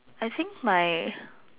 I think my